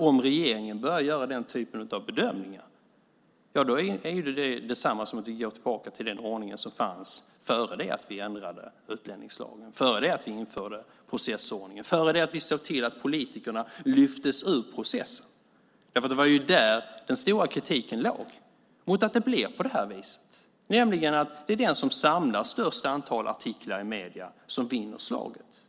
Om regeringen börjar göra den typen av bedömningar är det detsamma som att vi går tillbaka till den ordning som fanns före det att vi ändrade utlänningslagen, införde processordningen och såg till att politikerna lyftes ur processen. Det är där den stora kritiken låg mot att det blir på det här viset, nämligen att det är den som samlar störst antal artiklar i medierna som vinner slaget.